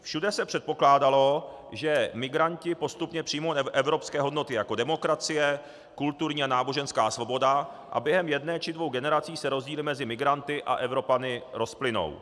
Všude se předpokládalo, že migranti postupně přijmou evropské hodnoty, jako demokracie, kulturní a náboženská svoboda, a během jedné či dvou generací se rozdíly mezi migranty a Evropany rozplynou.